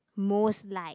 most like